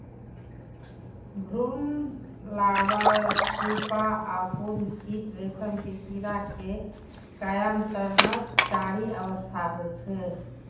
भ्रूण, larva, pupa आ पूर्ण कीट रेशम के कीड़ा के कायांतरणक चारि अवस्था होइ छै